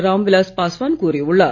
ராம்விலாஸ் பாஸ்வான் கூறியுள்ளார்